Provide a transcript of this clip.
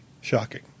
shocking